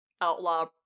outlaw